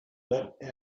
let